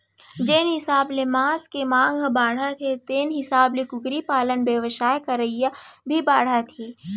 जेन हिसाब ले मांस के मांग ह बाढ़त हे तेन हिसाब ले कुकरी पालन बेवसाय करइया भी बाढ़त हें